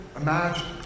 imagine